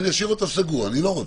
ואני אשאיר אותו סגור אני לא רוצה.